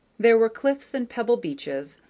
there were cliffs and pebble-beaches,